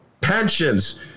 Pensions